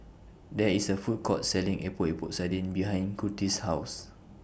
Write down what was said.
There IS A Food Court Selling Epok Epok Sardin behind Curtis' House